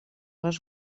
les